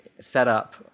setup